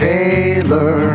Taylor